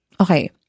Okay